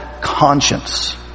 conscience